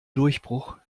durchbruch